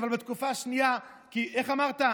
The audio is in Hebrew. "אבל בתקופה השנייה" כי איך אמרת?